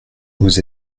vous